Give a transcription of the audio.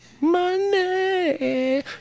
money